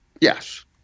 yes